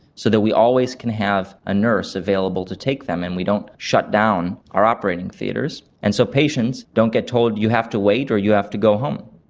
so that we always can have a nurse available to take them and we don't shut down our operating theatres, and so patients don't get told you have to wait or you have to go home.